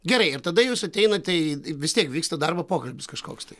gerai ir tada jūs ateinate į vis tiek vyksta darbo pokalbis kažkoks tai